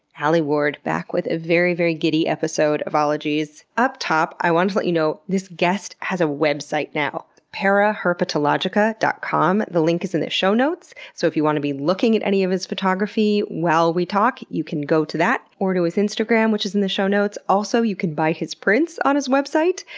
alie ward, back with a very, very giddy episode of ologies. up top, i wanted to let you know this guest has a website now! paraherpetologica dot com the link is in the show notes. so if you want to be looking at any of his photography while we talk, you can go to that, or to his instagram which is in the show notes. also you can buy his prints on his website!